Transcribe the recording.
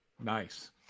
Nice